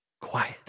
quiet